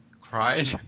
Cried